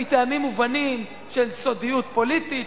מטעמים מובנים של סודיות פוליטית,